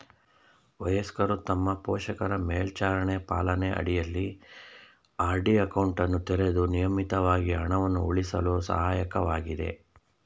ವಯಸ್ಕರು ತಮ್ಮ ಪೋಷಕರ ಮೇಲ್ವಿಚಾರಣೆ ಪಾಲನೆ ಅಡಿಯಲ್ಲಿ ಆರ್.ಡಿ ಅಕೌಂಟನ್ನು ತೆರೆದು ನಿಯಮಿತವಾಗಿ ಹಣವನ್ನು ಉಳಿಸಲು ಸಹಾಯಕವಾಗಿದೆ